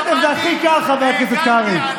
זה הכי קל, חבר הכנסת קרעי.